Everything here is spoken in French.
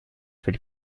fait